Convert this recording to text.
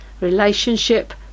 Relationship